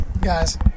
guys